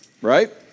right